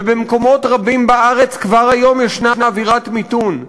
ובמקומות רבים בארץ כבר היום ישנה אווירת מיתון.